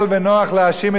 ויש לה מספיק בעיות,